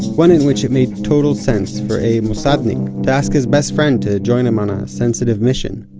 one in which it made total sense for a mosadnic to ask his best friend to join him on a sensitive mission